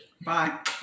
Bye